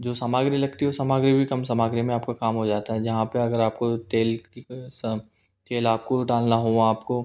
जो सामग्री लगती है वो सामग्री भी कम सामग्री में आपका काम हो जाता है जहाँ पे अगर आपको तेल की तेल आपको डालना हो आपको